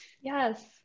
Yes